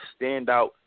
standout